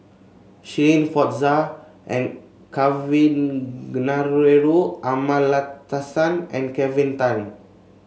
Shirin Fozdar and Kavignareru Amallathasan and Kelvin Tan